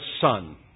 son